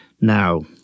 now